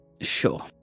Sure